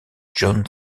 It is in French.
john